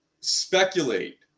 speculate